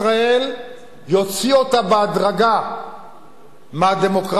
יוציא אותה בהדרגה מהדמוקרטיות המערביות,